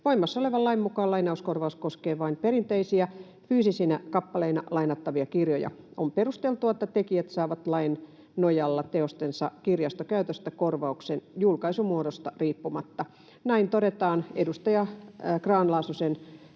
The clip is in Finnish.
Voimassa olevan lain mukaan lainauskorvaus koskee vain perinteisiä fyysisinä kappaleina lainattavia kirjoja. On perusteltua, että tekijät saavat lain nojalla teostensa kirjastokäytöstä korvauksen julkaisumuodosta riippumatta. Näin todetaan edustaja Grahn-Laasosen